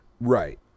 Right